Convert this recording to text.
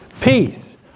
Peace